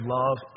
love